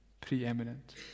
preeminent